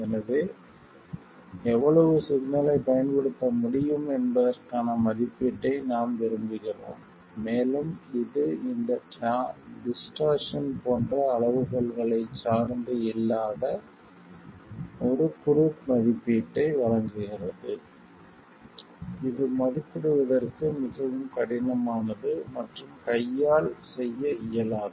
எனவே எவ்வளவு சிக்னலைப் பயன்படுத்த முடியும் என்பதற்கான மதிப்பீட்டை நாம் விரும்புகிறோம் மேலும் இது இந்த டிஸ்டர்ஸன் போன்ற அளவுகோல்களைச் சார்ந்து இல்லாத ஒரு குரூட் மதிப்பீட்டை வழங்குகிறது இது மதிப்பிடுவதற்கு மிகவும் கடினமானது மற்றும் கையால் செய்ய இயலாது